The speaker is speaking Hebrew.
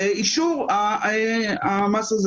ביניהם ממגזרים שאין בהם טלפונים חכמים,